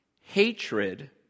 hatred